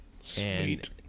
Sweet